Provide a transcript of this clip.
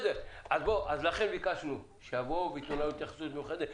לכן ביקשנו שייתנו לנו התייחסות מיוחדת,